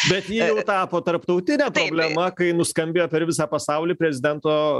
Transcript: bet ji jau tapo tarptautine problema kai nuskambėjo per visą pasaulį prezidento